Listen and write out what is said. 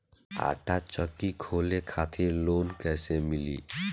आटा चक्की खोले खातिर लोन कैसे मिली?